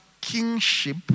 kingship